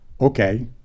okay